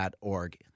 org